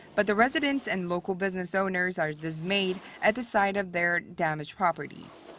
but the residents and local business owners are dismayed at the sight of their damaged properties.